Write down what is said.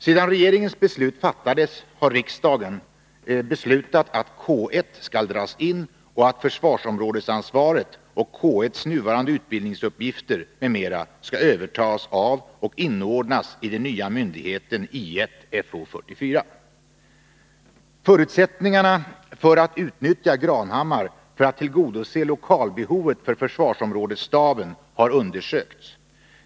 Sedan regeringens beslut fattades har riksdagen beslutat att K1 skall dras in och att försvarsområdesansvaret och K 1:s nuvarande utbildningsuppgifter m.m. skall övertas av och inordnas i den nya myndigheten I 1/Fo 44. Förutsättningarna för att utnyttja Granhammar för att tillgodose lokalbehovet för försvarsområdesstaben har undersökts.